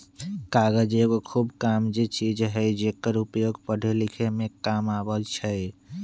कागज एगो खूब कामके चीज हइ जेकर उपयोग पढ़े लिखे में काम अबइ छइ